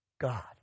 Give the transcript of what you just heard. God